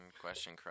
question